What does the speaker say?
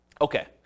Okay